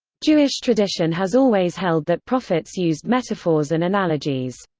jewish tradition has always held that prophets used metaphors and analogies.